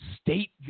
state